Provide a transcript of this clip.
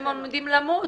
מה, אנשים עומדים למות.